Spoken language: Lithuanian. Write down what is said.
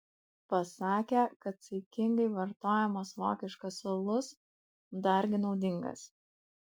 pasakė kad saikingai vartojamas vokiškas alus dargi naudingas